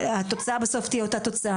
התוצאה בסוף תהיה אותה תוצאה,